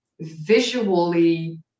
visually